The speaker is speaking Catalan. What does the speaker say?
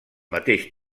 mateix